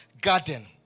garden